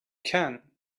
can